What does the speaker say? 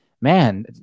man